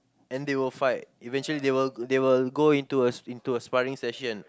and they will fight eventually they will they will go into a into a sparring session